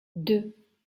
deux